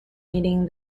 meaning